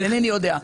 אינני יודע.